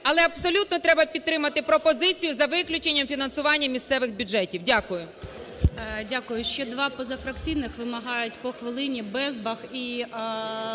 Але абсолютно треба підтримати пропозицію "за виключенням фінансування місцевих бюджетів". Дякую.